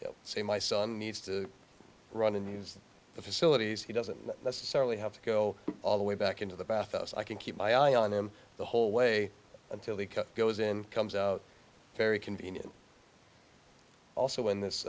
say my son needs to run in the facilities he doesn't necessarily have to go all the way back into the bath house i can keep my eye on him the whole way until he goes in comes out very convenient also in this